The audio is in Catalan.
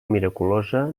miraculosa